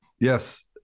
Yes